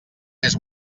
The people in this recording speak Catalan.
més